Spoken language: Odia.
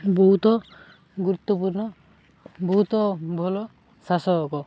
ବହୁତ ଗୁରୁତ୍ୱପୂର୍ଣ୍ଣ ବହୁତ ଭଲ ଶାସକ